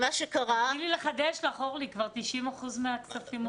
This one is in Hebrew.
תני לי לחדש לך, כבר 90 אחוזים מהכספים הוחזרו.